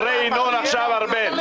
--- אחרי יינון עכשיו ארבל.